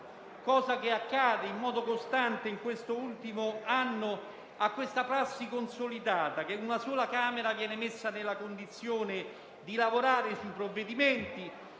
come accade costantemente in questo ultimo anno, a questa prassi consolidata per cui una sola Camera viene messa nella condizione di lavorare sui provvedimenti,